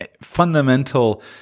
fundamental